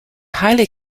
highly